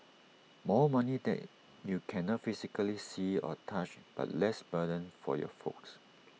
more money that you cannot physically see or touch but less burden for your folks